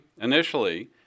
Initially